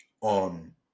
on